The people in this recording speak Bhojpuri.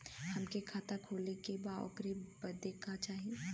हमके खाता खोले के बा ओकरे बादे का चाही?